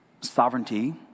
sovereignty